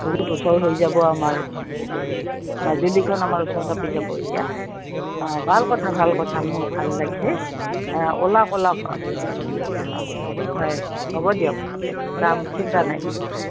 বহুত ওচৰ হৈ যাব আমাৰ হেৰি মাজুলীখন আমাৰ ওচৰ চাপি যাব এতিয়া অঁ ভাল কথা ভাল কথা মোৰ ভাল লাগিছে ওলাওক ওলাওক আপুনি অঁ হয় হ'ব দিয়ক পিছে যাম চিন্তা নাই